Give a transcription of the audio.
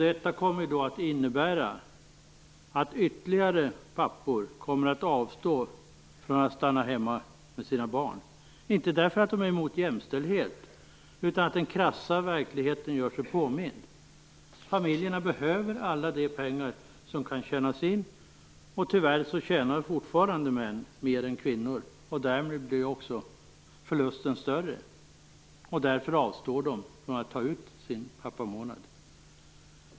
Detta kommer att innebära att ytterligare pappor kommer att avstå från att stanna hemma med sina barn, inte därför att de är emot jämställdhet utan därför att den krassa verkligheten gör sig påmind. Familjerna behöver alla de pengar som kan tjänas in och tyvärr tjänar fortfarande män mer än kvinnor. Därmed blir ju förlusten större, och därför avstår männen från att ta ut sin pappamånad.